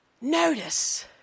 Notice